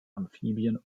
amphibien